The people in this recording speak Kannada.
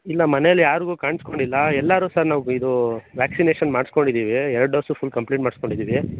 ಇಲ್ಲ ಮನೆಯಲ್ಲಿ ಯಾರಿಗೂ ಕಾಣಿಸಿಕೊಂಡಿಲ್ಲ ಎಲ್ಲರೂ ಸರ್ ನಾವು ಇದು ವ್ಯಾಕ್ಸಿನೇಶನ್ ಮಾಡಿಸ್ಕೊಂಡಿದ್ದೀವಿ ಎರ್ಡು ಡೋಸು ಫುಲ್ ಕಂಪ್ಲೀಟ್ ಮಾಡಿಸ್ಕೊಂಡಿದ್ದೀವಿ